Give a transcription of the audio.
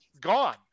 gone